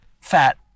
fat